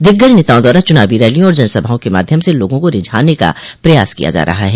दिग्गज नेताओं द्वारा चुनावी रैलियों और जनसभाओं के माध्यम से लोगों को रिझाने का प्रयास किया जा रहा है